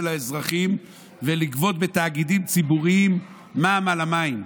האזרחים ולגבות בתאגידים ציבוריים מע"מ על המים?